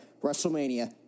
WrestleMania